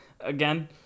again